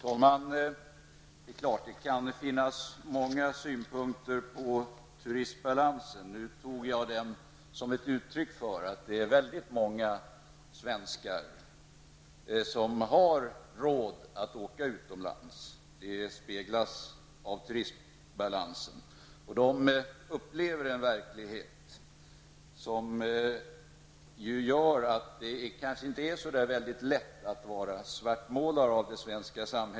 Herr talman! Man kan ha många synpunkter på turistbalansen. Jag uppfattade den som ett uttryck för att många svenskar har råd att åka utomlands, vilket avspeglas i turistbalansen. De upplever en verklighet som inte gör det så lätt att vara en svartmålare av det svenska samhället.